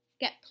Get